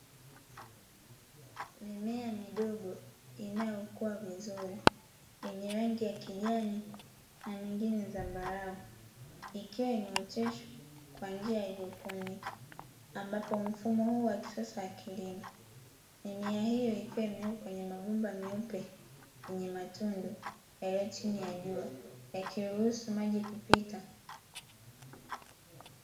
Mimea midogo inayokua vizuri yenye rangi ya kijani na nyingine zambarau ikiwa imeoteshwa kwa njia ya haidroponi, ambapo mfumo huu wa kisasa wa kilimo mimea hiyo ikiwa imewekwa kwenye mabomba meupe yenye matundu yaliyo chini ya jua yakiruhusu maji kupita.